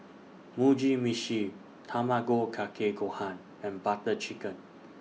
Mugi Meshi Tamago Kake Gohan and Butter Chicken